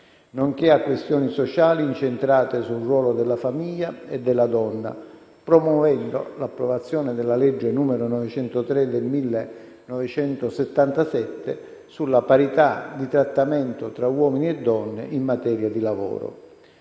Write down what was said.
nonché a questioni sociali incentrate sul ruolo della famiglia e della donna, promuovendo l'approvazione della legge n. 903 del 1977 sulla parità di trattamento tra uomini e donne in materia di lavoro.